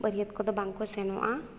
ᱵᱟᱹᱨᱭᱟᱹᱛ ᱠᱚᱫᱚ ᱵᱟᱝᱠᱚ ᱥᱮᱱᱚᱜᱼᱟ